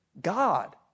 God